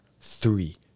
three